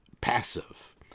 passive